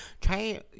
try